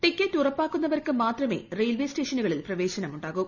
ticket ഉറപ്പാക്കുന്നവർക്ക് മാത്രമേ railway സ്റ്റേഷനുകളിൽ പ്രവേശനമുട് ാകൂ